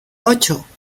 ocho